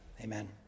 Amen